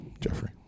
Jeffrey